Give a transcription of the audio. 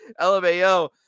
lmao